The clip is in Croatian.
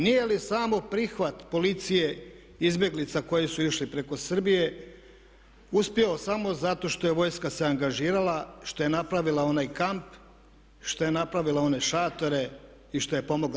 Nije li samo prihvat policije izbjeglica koji su išli preko Srbije uspio samo zato što je vojska se angažirala, što je napravila onaj kamp, što je napravila one šatore i što je pomogla?